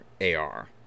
AR